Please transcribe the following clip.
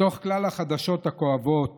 בתוך כלל החדשות הכואבות